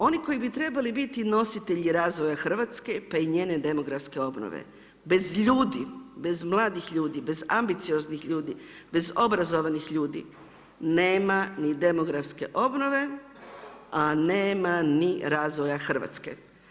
Oni koji bi trebali biti nositelji razvoja Hrvatske pa i njene demografske obnove, bez ljudi, bez mladih ljudi bez ambicioznih ljudi bez obrazovanih ljudi nema ni demografske obnove, a nema ni razvoja Hrvatske.